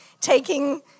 taking